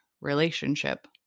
relationship